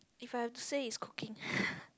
if I have to say is cooking